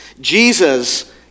Jesus